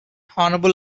honorable